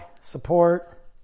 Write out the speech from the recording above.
support